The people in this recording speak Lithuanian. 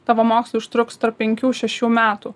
tavo mokslai užtruks tarp penkių šešių metų